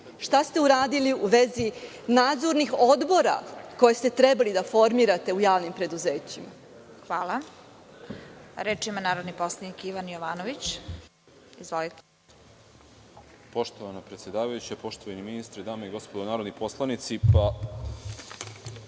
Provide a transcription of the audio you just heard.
Šta ste uradili u vezi nadzornih odbora koje ste trebali da formirate u javnim preduzećima? **Vesna Kovač** Hvala. Reč ima narodni poslanik Ivan Jovanović. Izvolite. **Ivan Jovanović** Poštovana predsedavajuća, poštovani ministre, dame i gospodo narodni poslanici,